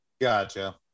Gotcha